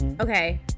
Okay